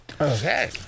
Okay